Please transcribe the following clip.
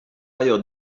ailleurs